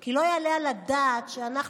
כי לא יעלה על הדעת שאנחנו,